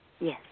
Yes